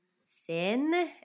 sin